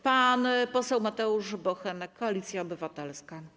Pan poseł Mateusz Bochenek, Koalicja Obywatelska.